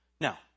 Now